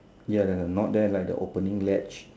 ya not there like the opening ledge